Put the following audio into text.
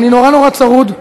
סליחה.